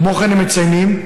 כמו כן, הם מציינים,